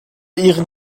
ihren